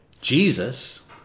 Jesus